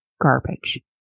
garbage